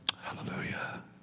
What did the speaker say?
Hallelujah